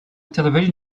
television